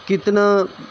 کتنا